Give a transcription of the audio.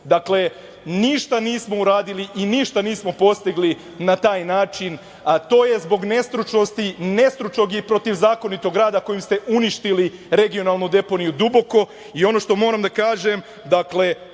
Dakle, ništa nismo uradili i ništa nismo postigli na taj način, a to je zbog nestručnosti, nestručnog i protivzakonitog rada kojim ste uništili regionalnu deponiju Duboko. Ono što moram da kažem, osim